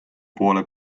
poole